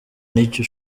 n’icyo